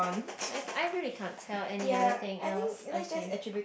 like I really can't tell any other thing else okay